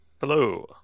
Hello